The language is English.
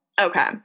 okay